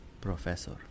Professor